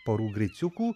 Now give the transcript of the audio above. porų griciukų